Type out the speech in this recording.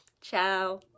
ciao